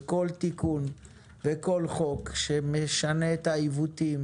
כל תיקון וכל חוק שמשנה את העיוותים